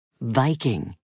Viking